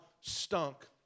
stunk